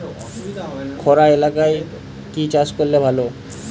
খরা এলাকায় কি চাষ করলে ভালো?